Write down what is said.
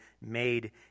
made